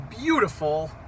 beautiful